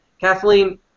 Kathleen